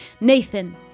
Nathan